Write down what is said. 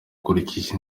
ukurikije